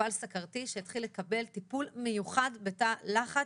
מטופל סכרתי שהתחיל לקבל טיפול מיוחד בתא לחץ.